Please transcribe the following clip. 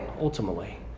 ultimately